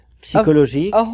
psychologique